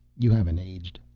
you haven't aged.